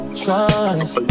trust